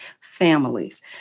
families